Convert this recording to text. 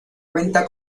cuenta